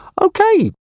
Okay